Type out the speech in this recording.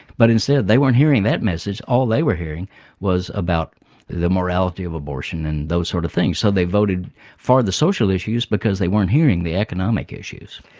but instead they weren't hearing that message. all they were hearing was about the morality of abortion and those sort of things so they voted for the social issues because they weren't hearing the economic issues.